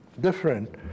different